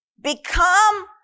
Become